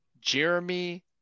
Jeremy